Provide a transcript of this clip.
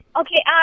Okay